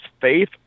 Faith